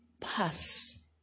pass